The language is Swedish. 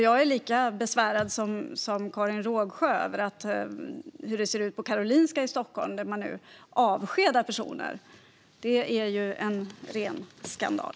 Jag är lika besvärad som Karin Rågsjö över hur det ser ut på Karolinska i Stockholm. Där avskedar man nu personer, vilket är en ren skandal.